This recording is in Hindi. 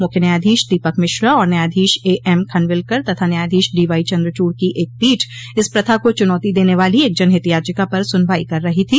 मुख्य न्यायाधीश दीपक मिश्रा और न्यायाधीश ए एम खनविलकर तथा न्यायाधीश डीवाई चन्द्रचूड़ की एक पीठ इस प्रथा को चुनौती देने वाली एक जनहित याचिका पर सुनवाई कर रही थी